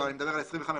אני מדבר על 25,